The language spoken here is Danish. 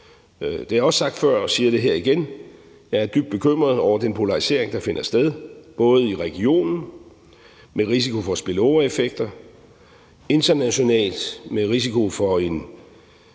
Jeg har også sagt det før, og jeg siger det her igen, altså at jeg er dybt bekymret over den polarisering, der finder sted, både i regionen med en risiko for spillovereffekter, internationalt med en risiko for en